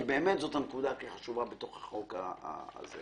כי זאת הנקודה הכי חשובה בחוק הזה.